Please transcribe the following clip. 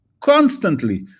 constantly